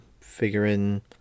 figuring